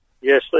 Yes